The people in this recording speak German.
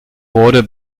wurde